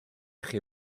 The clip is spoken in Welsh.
chi